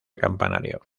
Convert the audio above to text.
campanario